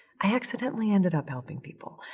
i accidentally ended up helping people.